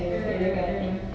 mm mm mm mm